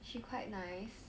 she quite nice